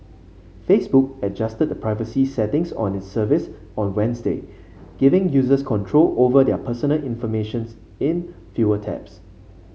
Facebook adjusted the privacy settings on its service on Wednesday giving users control over their personal informatios in fewer taps